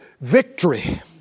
victory